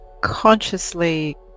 consciously